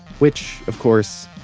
which, of course,